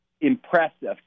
impressive